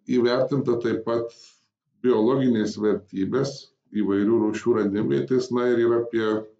įvertinta taip pat biologinės vertybės įvairių rūšių radimvietės na ir yra apie